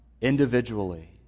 individually